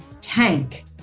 tank